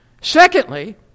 Secondly